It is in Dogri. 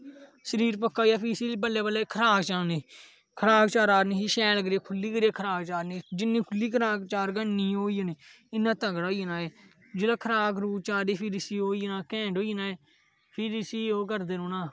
शरीर पक्का होई गेआ फ्ही इसी बल्लें बल्लें खराक चाढ़नी खराक चारनी शैल करियै खुल्ली करियै खराक चारनी जिन्नी खुल्ली करियै खराक चारगे इन्नी ओह् होई जानी इन्ना तगड़ा होई जाना एह् जेहड़ा खराक खरूक चारी फिर इसी ओह् होई जाना घैंट होई जाना एह् फिर इसी ओह् करदे रौहना